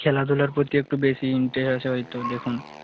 খেলাধুলার প্রতি একটু বেশিই ইন্টারেস্ট হয়তো দেখুন